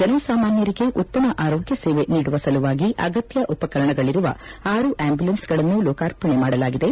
ಜನಸಾಮಾನ್ನರಿಗೆ ಉತ್ತಮ ಆರೋಗ್ಯ ಸೇವೆ ನೀಡುವ ಸಲುವಾಗಿ ಅಗತ್ಯ ಉಪಕರಣಗಳಿರುವ ಆರು ಅಂಬ್ಜುಲೆನ್ಸ್ ಗಳನ್ನು ಲೋಕಾರ್ಪಣೆ ಮಾಡಲಾಗಿದೆ